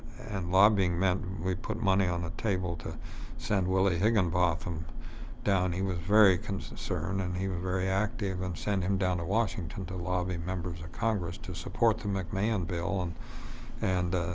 and lobbying meant we put money on the table to send willy higinbotham down he was very concerned and he was very active and send him down to washington to lobby members of congress to support the mcmahon bill. and and